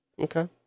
Okay